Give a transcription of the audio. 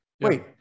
Wait